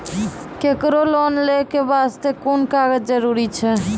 केकरो लोन लै के बास्ते कुन कागज जरूरी छै?